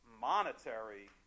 monetary